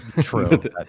True